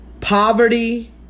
poverty